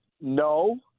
No